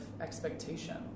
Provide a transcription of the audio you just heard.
expectation